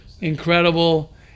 incredible